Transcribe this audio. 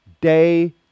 day